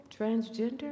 transgender